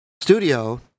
Studio